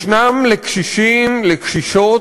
יש לקשישים, לקשישות,